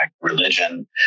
religion